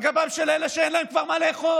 על גבם של אלה שאין להם כבר מה לאכול,